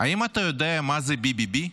האם אתה יודע מה זה BBB?